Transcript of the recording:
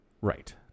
right